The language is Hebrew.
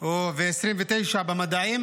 ו-29 במדעים.